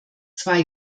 zwei